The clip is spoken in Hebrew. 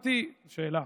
שאלה.